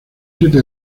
siete